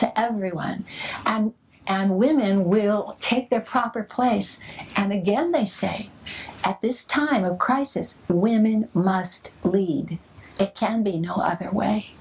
to everyone and women will take their proper place and again they say at this time of crisis women must lead it can be no other way